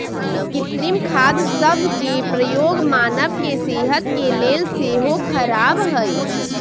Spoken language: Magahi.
कृत्रिम खाद सभ के प्रयोग मानव के सेहत के लेल सेहो ख़राब हइ